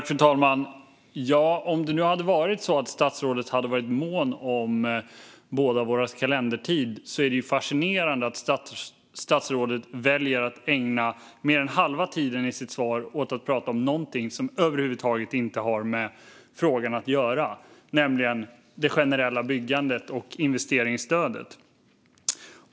Fru talman! Om det nu hade varit så att statsrådet var mån om bådas vår kalendertid är det fascinerande att statsrådet väljer att i sitt svar ägna mer än halva tiden åt att prata om något som inte över huvud taget har med frågan att göra, nämligen det generella byggandet och investeringsstödet.